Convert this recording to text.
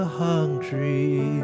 hungry